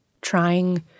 trying